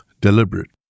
deliberate